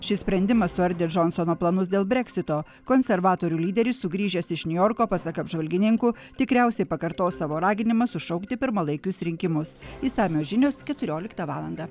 šis sprendimas suardė džonsono planus dėl breksito konservatorių lyderis sugrįžęs iš niujorko pasak apžvalgininkų tikriausiai pakartos savo raginimą sušaukti pirmalaikius rinkimus išsamios žinios keturioliktą valandą